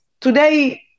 today